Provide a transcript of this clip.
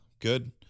Good